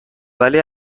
ولی